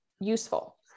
useful